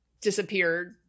disappeared